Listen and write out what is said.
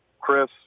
Chris